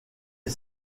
est